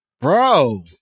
Bro